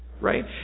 Right